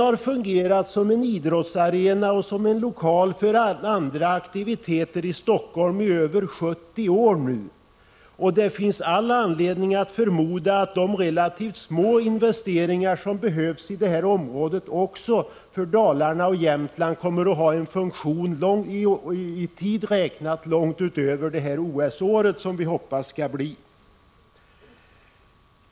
år fungerat som en idrottsarena och som en plats för andra aktiviteter i Helsingfors. Det finns all anledning att förmoda att de relativt små investeringar som behövs i det nu aktuella området kommer att ha en funktion för Dalarna och Jämtland under lång tid utöver det OS-år som vi nu hoppas på.